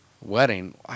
Wedding